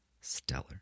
stellar